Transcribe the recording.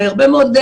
הרבה מאוד,